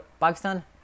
Pakistan